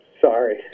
Sorry